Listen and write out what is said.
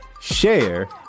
share